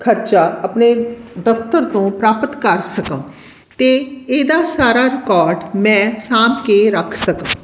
ਖਰਚਾ ਆਪਣੇ ਦਫਤਰ ਤੋਂ ਪ੍ਰਾਪਤ ਕਰ ਸਕਾਂ ਅਤੇ ਇਹਦਾ ਸਾਰਾ ਰਿਕੋਰਡ ਮੈਂ ਸਾਂਭ ਕੇ ਰੱਖ ਸਕਾਂ